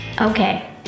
Okay